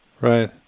Right